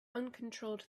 uncontrolled